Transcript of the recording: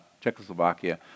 Czechoslovakia